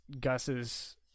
Gus's